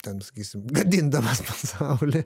ten sakysim gadindamas pasaulį